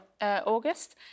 August